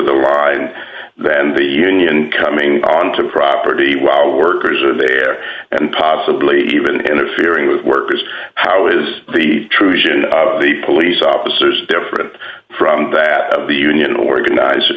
the line than the union coming onto the property while workers are there and possibly even interfering with workers how is the truth the police officers different from that of the union organizer